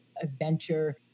adventure